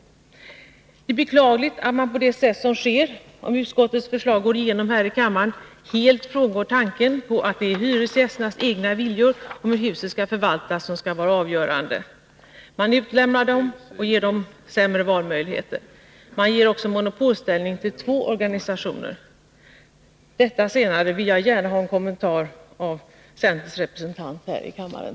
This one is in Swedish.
Det är beklagligt att man på det sätt som sker, om utskottets förslag går igenom här i kammaren, helt frångår tanken på att det är hyresgästernas egna viljor om hur huset skall förvaltas som skall vara avgörande. Man utlämnar dem och ger dem sämre valmöjligheter. Man ger också monopolställning till två organisationer. Detta vill jag gärna ha kommenterat av centerns representant här i kammaren.